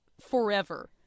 forever